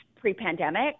pre-pandemic